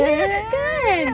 ya kan